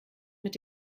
mit